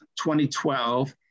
2012